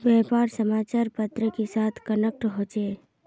व्यापार समाचार पत्र के साथ कनेक्ट होचे?